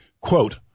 Quote